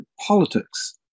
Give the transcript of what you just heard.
politics